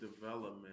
development